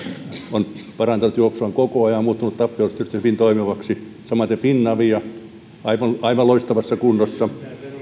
on parantanut juoksuaan koko ajan muuttunut tappiollisesta yhtiöstä hyvin toimivaksi samaten finavia aivan aivan loistavassa kunnossa